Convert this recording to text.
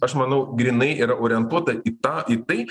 aš manau grynai yra orientuota į tą į tai